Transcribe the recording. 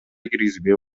киргизбей